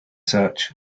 search